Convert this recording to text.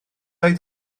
oedd